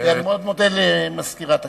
אני מאוד מודה למזכירת הכנסת.